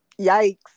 Yikes